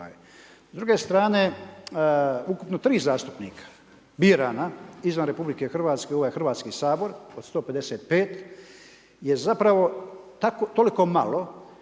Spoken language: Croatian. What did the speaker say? S druge strane ukupno 3 zastupnika birana izvan RH, ovo je Hrvatski sabor od 155 je zapravo toliko malo